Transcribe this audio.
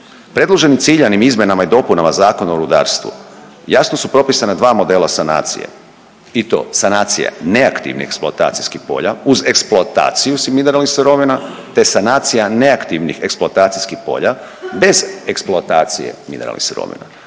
Predloženim ciljanim izmjenama i dopunama Zakona o rudarstvu jasno su propisana dva modela sanacije. I to sanacije neaktivnih eksploatacijskih polja uz eksploataciju mineralnih sirovina te sanacija neaktivnih eksploatacijskih polja bez eksploatacije mineralnih sirovina